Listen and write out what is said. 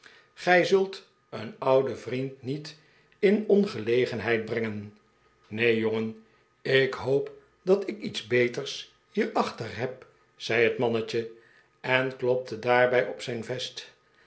gij de pickwick club zult een ouden vriend niet in ongelegenheid brengen neen jongen ik hoop dat ik iets beters hierachter heb zei het mannetje eh klopte daarbij op zijn vest